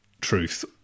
truth